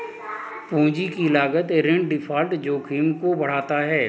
पूंजी की लागत ऋण डिफ़ॉल्ट जोखिम को बढ़ाता है